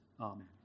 Amen